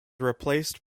replaced